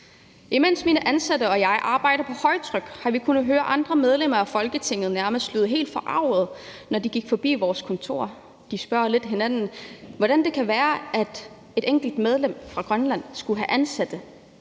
Imens mine ansatte og jeg arbejder på højtryk, har vi kunnet høre andre medlemmer af Folketinget nærmest lyde helt forarget, når de gik forbi vores kontorer. De spørger hinanden, hvordan det kan være, at et enkelt medlem fra Grønland skulle have ansatte.